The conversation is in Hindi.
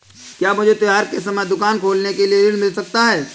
क्या मुझे त्योहार के समय दुकान खोलने के लिए ऋण मिल सकता है?